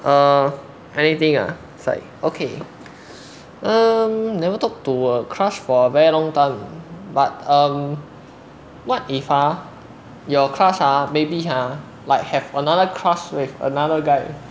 err anything uh is like okay um never talk to a crush for very long time but um what if ha your crush ha maybe ha like have another crash with another guy